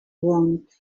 want